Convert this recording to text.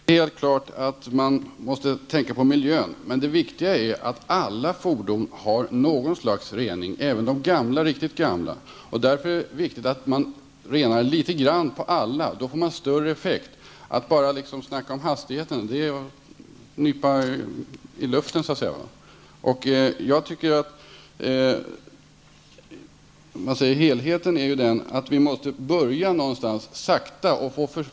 Fru talman! Det är klart att vi måste tänka på miljön. Men det viktiga är att alla fordon har någon slags rening. Det gäller även de riktigt gamla fordonen. Därför är det viktigt att alla fordon renas litet grand. Då blir det en större effekt. Det är att nypa i luften när man bara talar om hastigheter. Helheten är sådan att vi måste börja någonstans sakta.